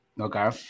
Okay